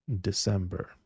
December